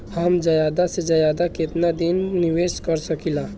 हम ज्यदा से ज्यदा केतना दिन के निवेश कर सकिला?